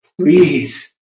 please